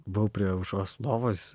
buvau prie aušros lovos